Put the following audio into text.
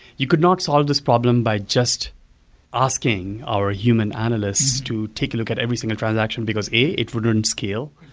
you could not solve this problem by just asking our human analysts to take a look at every single transaction because, a it wouldn't scale.